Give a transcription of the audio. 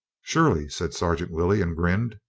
surely, said sergeant willey and grinned.